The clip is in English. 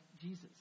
Jesus